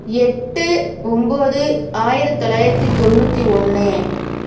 எட்டு ஒன்போது ஆயிரத்தி தொள்ளாயிரத்தி தொண்ணூற்றி ஒன்று